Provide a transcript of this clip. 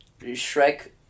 Shrek